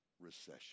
Recession